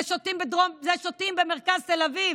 את זה שותים במרכז תל אביב,